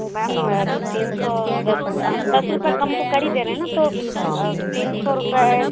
ma'am तीन सौ दस हम दस रुपया कम तो कर ही रहे हैं ना तो तीन सौ रुपये